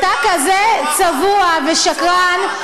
הצביעות שלך צורחת.